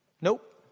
Nope